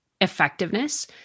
effectiveness